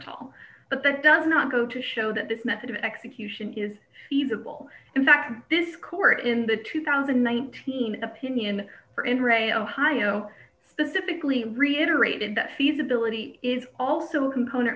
al but that does not go to show that this method of execution is feasible in fact this court in the two thousand and one team opinion for in re ohio specifically reiterated that feasibility is also a component